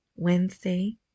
wednesday